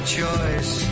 choice